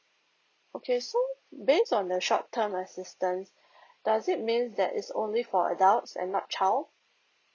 okay so based on the short term assistance does it mean that it's only for adults and not child